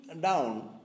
down